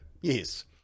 Yes